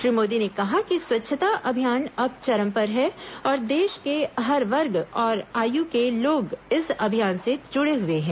श्री मोदी ने कहा कि स्वच्छता अभियान अब चरम पर है और देश के हर वर्ग और आयु के लोग इस अभियान से जुड़े हए हैं